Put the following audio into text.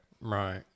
Right